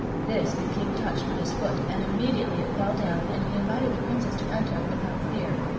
this the king touched with his foot, and immediately it fell down, and he invited the princess to enter without fear.